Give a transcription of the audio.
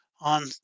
on